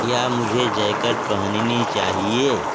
क्या मुझे जैकेट पहननी चाहिए